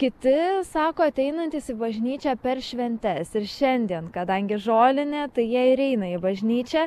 kiti sako ateinantys į bažnyčią per šventes ir šiandien kadangi žolinė tai jie ir eina į bažnyčią